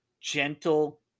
gentle